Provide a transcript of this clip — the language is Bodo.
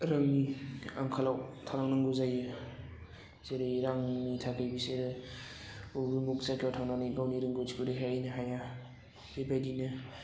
रोङि आंखालाव थालांनांगौ जायो जेरै रां नि थाखै बिसोरो उग्रुमक जायगायाव थांनानै गावनि रोंगौथिखौ देखायहैनो हाया बेबायदिनो